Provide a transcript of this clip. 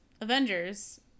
Avengers